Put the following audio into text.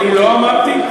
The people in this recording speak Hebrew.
לא אמרתי.